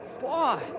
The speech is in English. Boy